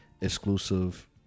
exclusive